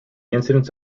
incidents